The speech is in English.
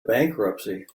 bankruptcy